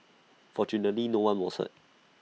fortunately no one was hurt